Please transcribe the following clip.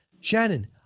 Shannon